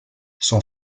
son